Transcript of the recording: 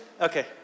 Okay